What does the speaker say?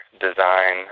design